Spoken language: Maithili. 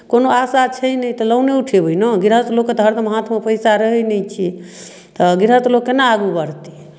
कोनो आशा छै नहि तऽ लोने उठेबै ने गिरहस्त लोककेँ तऽ हरदम हाथमे पैसा रहै नहि छै तऽ गिरहस्त लोक केना आगू बढ़तै